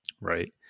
Right